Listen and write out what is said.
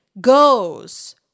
goes